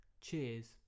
Cheers